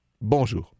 Bonjour